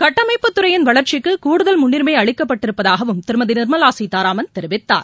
கட்டமைப்புத்துறையின் வளர்ச்சிக்குகூடுதல் முன்னரிமைஅளிக்கப்பட்டிருப்பதாகவும் திருமதிநிர்மலாசீதாராமன் தெரிவித்தார்